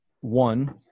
one